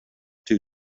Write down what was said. two